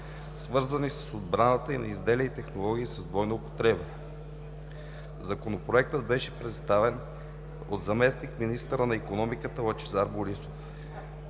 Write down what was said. свързани с отбраната, и на изделия и технологии с двойна употреба. Законопроектът беше представен от заместник-министъра на икономиката Лъчезар Борисов.